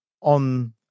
on